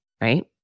right